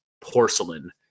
Porcelain